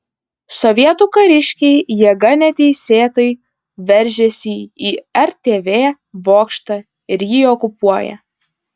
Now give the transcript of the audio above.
sovietų kariškiai jėga neteisėtai veržiasi į rtv bokštą ir jį okupuoja